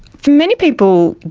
for many people,